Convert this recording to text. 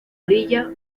orilla